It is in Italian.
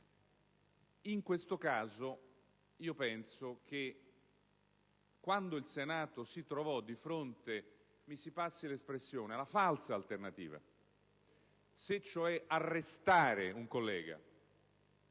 In questo caso, penso che quando il Senato si trovò di fronte - mi si passi l'espressione - alla falsa alternativa se arrestare un collega